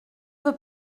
veux